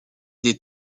des